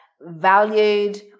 valued